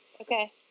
Okay